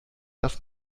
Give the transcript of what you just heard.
dass